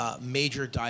major